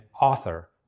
author